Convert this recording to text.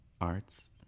Arts